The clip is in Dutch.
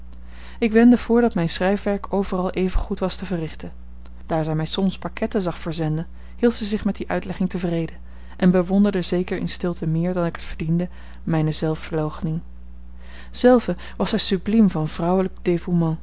ik wendde voor dat mijn schrijfwerk overal evengoed was te verrichten daar zij mij soms pakketten zag verzenden hield zij zich met die uitlegging tevreden en bewonderde zeker in stilte meer dan ik het verdiende mijne zelfverloochening zelve was zij subliem van vrouwelijk